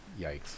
yikes